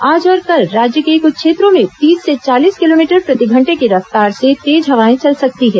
आज और कल राज्य के कुछ क्षेत्रों में तीस से चालीस किलोमीटर प्रतिघंटे की रफ्तार से तेज हवाएं चल सकती हैं